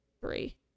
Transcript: three